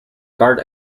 guard